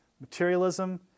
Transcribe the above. materialism